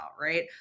right